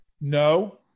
No